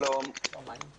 שלום לכל חברי